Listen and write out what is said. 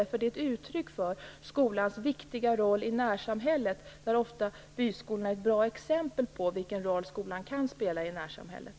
Det är nämligen ett uttryck för skolans viktiga roll i närsamhället, där byskolorna ofta är ett bra exempel på vilken roll skolan kan spela i närsamhället.